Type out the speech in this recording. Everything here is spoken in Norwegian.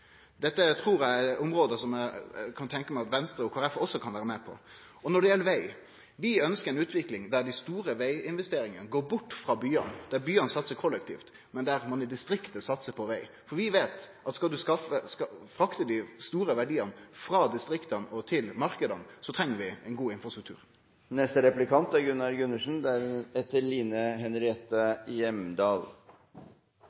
trur eg er eit område som eg kan tenkje meg at Venstre og Kristeleg Folkeparti også kan vere med på. Når det gjeld veg, ønskjer vi ei utvikling der dei store veginvesteringane går bort frå byar, der byane satsar kollektivt, men der ein i distriktet satsar på veg. Vi veit at skal ein frakte dei store verdiane frå distrikta og til marknadene, treng vi ein god infrastruktur. Det er